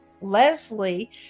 Leslie